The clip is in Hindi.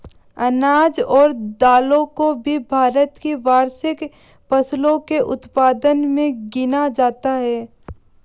अनाज और दालों को भी भारत की वार्षिक फसलों के उत्पादन मे गिना जाता है